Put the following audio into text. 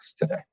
today